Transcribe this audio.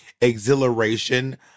exhilaration